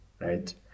right